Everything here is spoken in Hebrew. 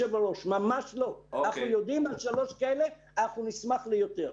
אנחנו יודעים על שלוש כאלה ואנחנו נשמח ליותר.